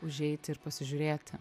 užeiti ir pasižiūrėti